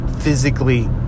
physically